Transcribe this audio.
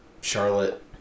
Charlotte